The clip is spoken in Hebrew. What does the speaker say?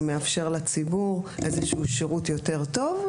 יאפשר לציבור איזה שהוא שירות יותר טוב.